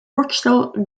rochdale